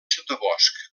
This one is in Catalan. sotabosc